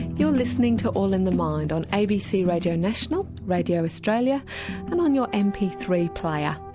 you're listening to all in the mind on abc radio national, radio australia and on your m p three player.